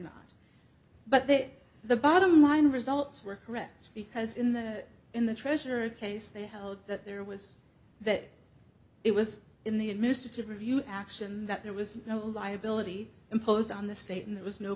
not but that the bottom line results were correct because in the in the treasure case they held that there was that it was in the administrative review action that there was no liability imposed on the state and there was no